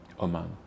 Oman